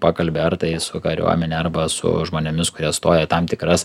pakalbi ar tai su kariuomene arba su žmonėmis kurie atstoja tam tikras